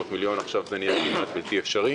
שומני דברים שלא היינו רואים פעם.